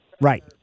Right